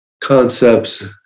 concepts